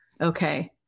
Okay